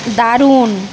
দারুন